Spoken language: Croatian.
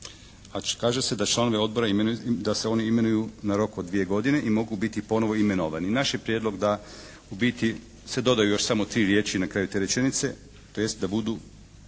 pa kaže se da članovi odbora da se oni imenuju na rok od dvije godine i mogu biti ponovo imenovani. Naš je prijedlog da u biti se dodaju još samo tri riječi na kraju te rečenice, tj. da budu